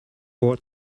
ought